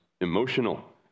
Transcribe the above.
emotional